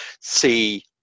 see